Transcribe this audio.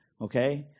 okay